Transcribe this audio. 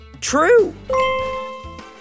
true